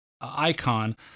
icon